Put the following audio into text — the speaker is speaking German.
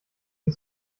die